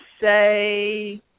say